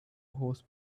horse